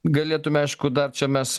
galėtume aišku dar čia mes